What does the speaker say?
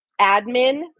admin